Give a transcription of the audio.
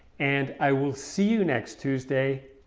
and i will see you next tuesday!